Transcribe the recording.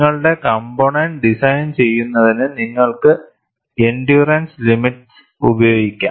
നിങ്ങളുടെ components design ചെയ്യുന്നതിന് നിങ്ങൾക്ക് ഇൻഡ്യൂറൻസ് ലിമിറ്റ്സ് ഉപയോഗിക്കാം